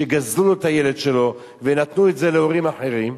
שגזלו לו את הילד שלו ונתנו אותו להורים אחרים,